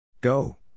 Go